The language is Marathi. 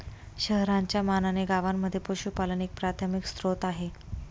शहरांच्या मानाने गावांमध्ये पशुपालन एक प्राथमिक स्त्रोत आहे